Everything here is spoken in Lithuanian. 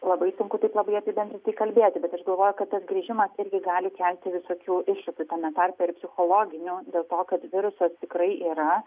labai sunku taip labai apibendrintai kalbėti bet aš galvoju kad tas grįžimas irgi gali kelti visokių iššūkių tame tarpe ir psichologinių dėl to kad virusas tikrai yra